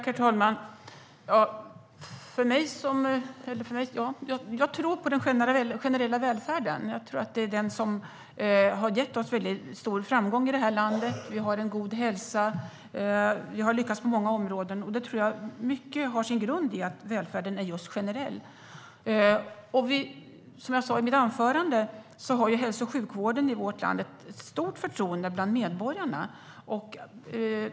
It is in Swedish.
Herr talman! Jag tror på den generella välfärden. Den har gett det här landet stor framgång. Vi har god hälsa och har lyckats på många områden. Mycket har sin grund i att välfärden är just generell. Som jag sa i mitt anförande har hälso och sjukvården i vårt land ett stort förtroende bland medborgarna.